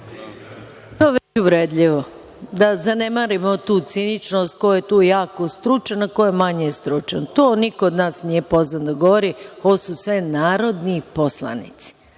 je već uvredljivo. Da zanemarimo tu ciničnost ko je tu jako stručan, a ko je manje stručan. Niko od nas nije pozvan da govori. Ovo su sve narodni poslanici.